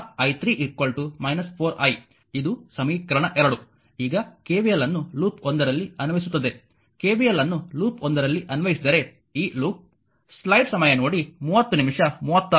ಆದ್ದರಿಂದ i 3 5 i 1 i 1 ಅಥವಾ i 3 4 i ಇದು ಸಮೀಕರಣ 2 ಈಗ KVL ಅನ್ನು ಲೂಪ್ ಒಂದರಲ್ಲಿ ಅನ್ವಯಿಸುತ್ತದೆ KVL ಅನ್ನು ಲೂಪ್ 1 ರಲ್ಲಿ ಅನ್ವಯಿಸಿದರೆ ಈ ಲೂಪ್